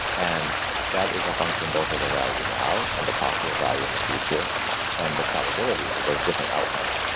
and that is a function both of the value now and the possible value in the future and the probabilities of those different outcomes.